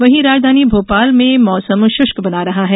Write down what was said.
वहीं राजधानी भोपाल में मौसम शुष्क बना रहा है